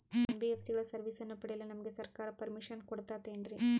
NBSC ಗಳ ಸರ್ವಿಸನ್ನ ಪಡಿಯಲು ನಮಗೆ ಸರ್ಕಾರ ಪರ್ಮಿಷನ್ ಕೊಡ್ತಾತೇನ್ರೀ?